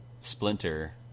Splinter